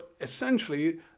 essentially